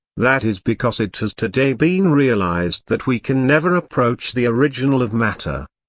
that is because it has today been realized that we can never approach the original of matter.